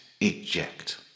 Eject